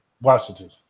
washington